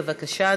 בבקשה,